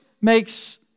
makes